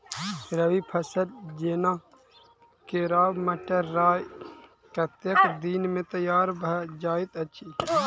रबी फसल जेना केराव, मटर, राय कतेक दिन मे तैयार भँ जाइत अछि?